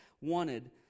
wanted